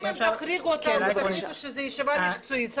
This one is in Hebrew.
אם תחריגו אותם ותגידו שזו ישיבה מקצועית,